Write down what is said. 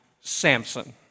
Samson